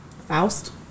Faust